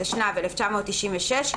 התשנ"ו-1996 ,